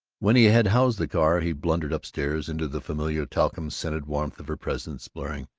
when he had housed the car he blundered upstairs, into the familiar talcum-scented warmth of her presence, blaring,